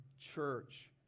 church